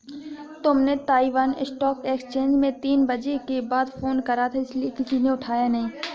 तुमने Taiwan stock exchange में तीन बजे के बाद फोन करा था इसीलिए किसी ने उठाया नहीं